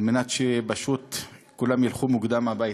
על מנת שפשוט כולם ילכו מוקדם הביתה.